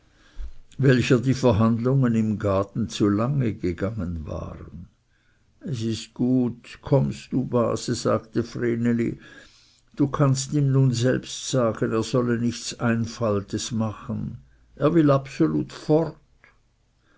welcher die verhandlungen im gaden zu lange gegangen waren es ist gut kommst du base sagte vreneli du kannst ihm nun selbst sagen er solle nichts einfaltes machen er will absolut fort